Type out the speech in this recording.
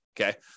okay